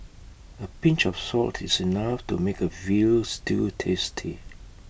A pinch of salt is enough to make A Veal Stew tasty